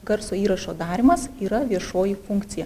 garso įrašo darymas yra viešoji funkcija